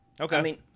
Okay